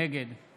נגד